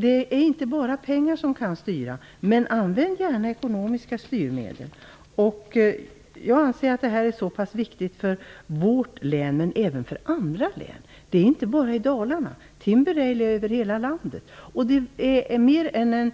Det är inte bara pengar som kan styra, men använd gärna ekonomiska styrmedel. Jag anser att detta är viktigt för vårt län, men även för andra län. Detta finns över hela landet, och inte bara i Dalarna. Det är mer än en